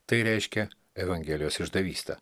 tai reiškia evangelijos išdavystę